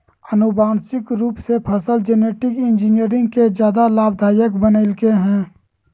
आनुवांशिक रूप से फसल जेनेटिक इंजीनियरिंग के ज्यादा लाभदायक बनैयलकय हें